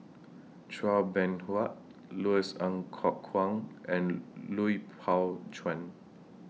Chua Beng Huat Louis Ng Kok Kwang and Lui Pao Chuen